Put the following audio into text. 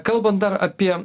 kalbant dar apie